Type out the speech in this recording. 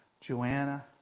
Joanna